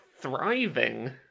thriving